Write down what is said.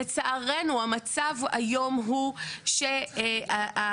לצערנו המצב היום הוא שהעסקים,